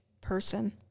person